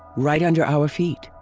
right under our feet.